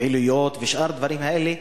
הפעילויות ושאר הדברים האלה,